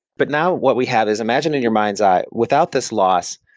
but now, what we have is imagine in your mind's eye, without this loss,